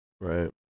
Right